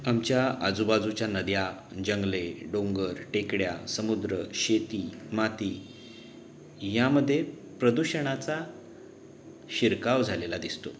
आमच्या आजूबाजूच्या नद्या जंगले डोंगर टेकड्या समुद्र शेती माती यामध्ये प्रदूषणाचा शिरकाव झालेला दिसतो